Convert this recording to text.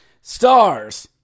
Stars